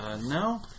No